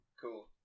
cool